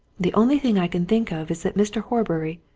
the only thing i can think of is that mr. horbury,